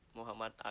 Muhammad